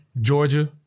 Georgia